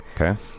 Okay